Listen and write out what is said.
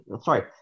sorry